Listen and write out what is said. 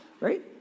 right